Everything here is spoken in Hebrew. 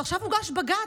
אבל עכשיו הוגש בג"ץ,